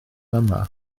yma